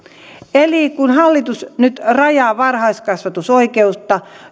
eli kun hallitus nyt rajaa varhaiskasvatusoikeutta